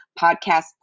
podcast